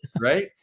right